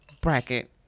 bracket